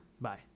Bye